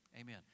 Amen